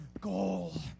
goal